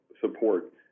support